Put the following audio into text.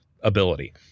ability